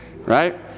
right